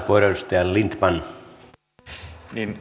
arvoisa herra puhemies